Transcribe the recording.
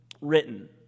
written